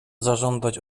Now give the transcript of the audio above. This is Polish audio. zażądać